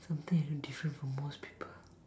something that's different from most people